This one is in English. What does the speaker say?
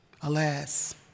Alas